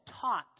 taught